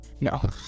No